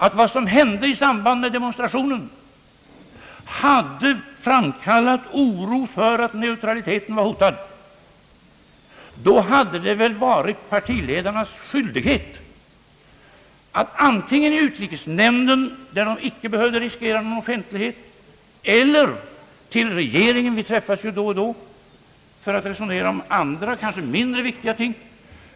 Om vad som hände i samband med demonstrationen hade framkallat oro för att neutraliteten var hotad, hade det väl varit partiledarnas skyldighet att säga ifrån antingen i utrikesnämnden, där de icke behövde riskera någon offentlighet, eller till regeringen. Vi träffas ju då och då för att resonera om andra, kanske mindre viktiga ting.